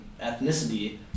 ethnicity